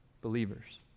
believers